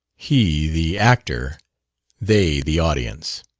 he the actor they the audience.